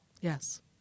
Yes